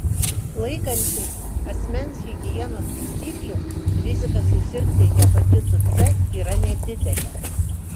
laikantis asmens higienos taisyklių rizika susirgti hepatitu c yra nedidelė